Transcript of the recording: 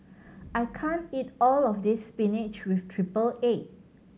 I can't eat all of this spinach with triple egg